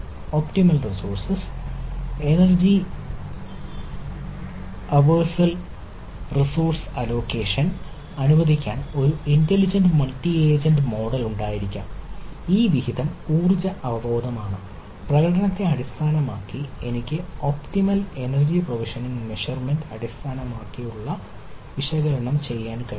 optimal resources energy അവേഴ്സർ resource allocation അടിസ്ഥാനമാക്കിയുള്ള വിശകലനം ചെയ്യാൻ കഴിയും